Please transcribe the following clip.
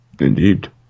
Indeed